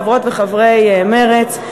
חברות וחברי מרצ,